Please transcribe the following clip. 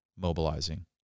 mobilizing